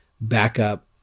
backup